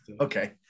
Okay